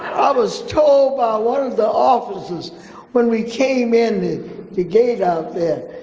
i was told by one of the officers when we came in the the gate out there,